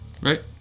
Right